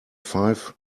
five